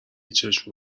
چشم